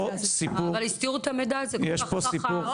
אבל הסתירו את המידע הזה --- לא, היו.